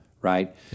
right